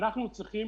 אנחנו צריכים